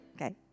Okay